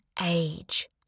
age